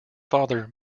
father